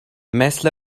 مثل